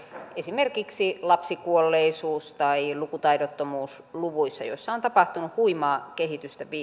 esimerkiksi lapsikuolleisuus tai lukutaidottomuusluvuissa joissa on tapahtunut huimaa kehitystä